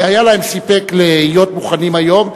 רבים היה סיפק בידם להיות מוכנים היום.